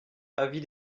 avis